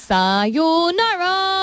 Sayonara